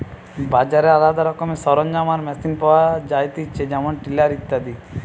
বাজারে আলদা রকমের সরঞ্জাম আর মেশিন পাওয়া যায়তিছে যেমন টিলার ইত্যাদি